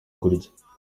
gutya